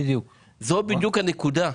זו בדיוק הנקודה.